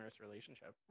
relationship